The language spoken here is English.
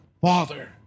Father